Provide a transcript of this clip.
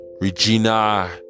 Regina